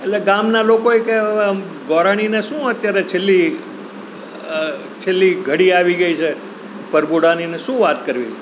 એટલે ગામનાએ લોકો કહે હવે આમ ગોરાણીને શું અત્યારે છેલ્લી છેલ્લી ઘડી આવી ગઈ છે પરભુડાનીને શું વાત કરવી છે